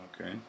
Okay